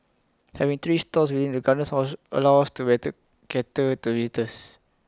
having three stores within the gardens allows to better cater to visitors